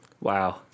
Wow